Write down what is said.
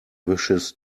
wishes